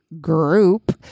group